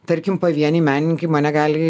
tarkim pavieniai menininkai negali